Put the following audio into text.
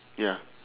ya